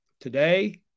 today